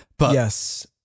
yes